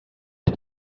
der